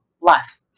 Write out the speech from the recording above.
life